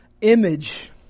image